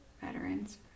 Veterans